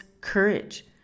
courage